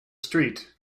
street